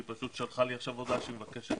היא פשוט שלחה לי עכשיו הודעה שהיא מבקשת